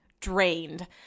Drained